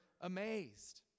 amazed